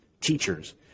teachers